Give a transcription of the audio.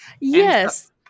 yes